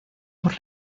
por